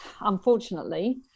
unfortunately